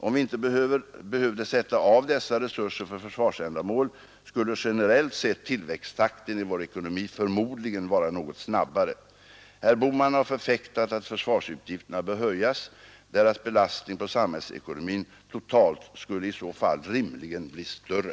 Om vi inte behövde sätta av dessa resurser för försvarsändamål skulle generellt sett tillväxttakten i vår ekonomi förmodligen vara något snabbare. Herr Bohman har förfäktat att försvarsutgifterna bör höjas. Deras belastning på samhällsekonomin totalt skulle i å fall rimligen bli större.